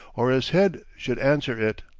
or his head should answer it.